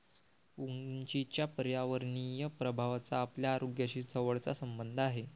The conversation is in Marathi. उंचीच्या पर्यावरणीय प्रभावाचा आपल्या आरोग्याशी जवळचा संबंध आहे